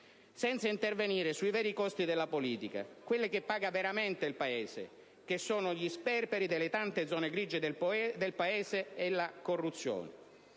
senza intervenire sui veri costi della politica, quelli che paga veramente il Paese, che sono gli sperperi delle tante zone grigie del Paese e la corruzione.